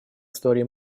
истории